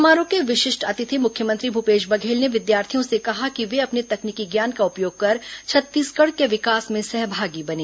समारोह के विशिष्ट अतिथि मुख्यमंत्री भूपेश बघेल ने विद्यार्थियों से कहा कि वे अपने तकनीकी ज्ञान का उपयोग कर छत्तीसगढ़ के विकास में सहभागी बने